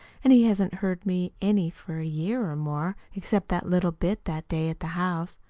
and he hasn't heard me any for a year or more, except that little bit that day at the house.